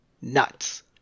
nuts